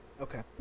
Okay